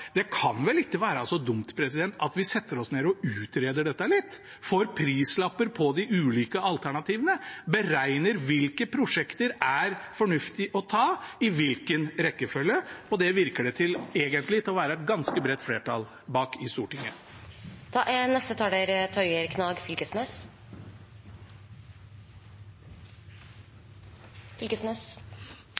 Det kan vel ikke være så dumt at vi setter oss ned og utreder dette litt, får prislapper på de ulike alternativene, beregner hvilke prosjekter som er fornuftig å ta, og i hvilken rekkefølge – og det virker det egentlig å være et ganske bredt flertall bak i Stortinget. Man kan vel kalle det eit raljerande innlegg. Det som er